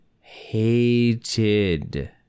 hated